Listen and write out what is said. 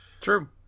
True